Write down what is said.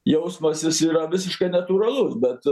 jausmas jis yra visiškai natūralus bet